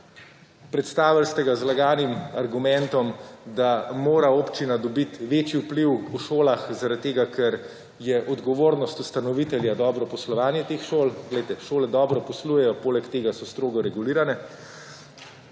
Predstavili ste ga z zlaganim argumentom, da mora občina dobiti večji vpliv v šolah zaradi tega, ker je odgovornost ustanovitelja dobro poslovanje teh šol. Poglejte, šole dobro poslujejo, poleg tega so strogo regulirane.